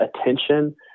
attention